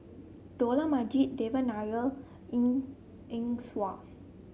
Dollah Majid Devan Nair Eng Eng Hwa